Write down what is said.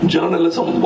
Journalism